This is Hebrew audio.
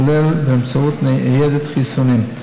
כולל באמצעות ניידת חיסונים.